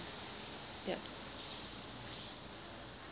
ya